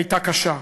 הייתה קשה.